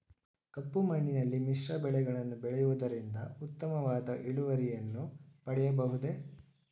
ಕಪ್ಪು ಮಣ್ಣಿನಲ್ಲಿ ಮಿಶ್ರ ಬೆಳೆಗಳನ್ನು ಬೆಳೆಯುವುದರಿಂದ ಉತ್ತಮವಾದ ಇಳುವರಿಯನ್ನು ಪಡೆಯಬಹುದೇ?